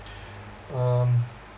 um